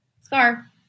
Scar